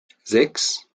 sechs